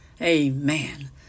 Amen